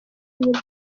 n’ubwo